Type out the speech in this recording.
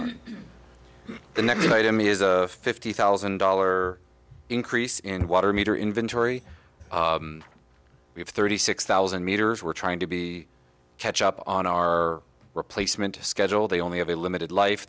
on the next item is a fifty thousand dollar increase in water meter inventory we have thirty six thousand meters we're trying to be catch up on our replacement schedule they only have a limited life